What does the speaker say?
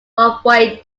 convoy